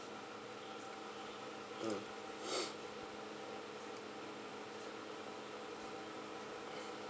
mm